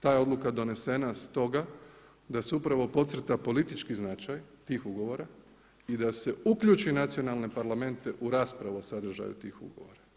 Ta je odluka donesena stoga da se upravo podcrta politički značaj tih ugovora i da se uključi nacionalne parlamente u raspravu o sadržaju tih ugovora.